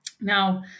Now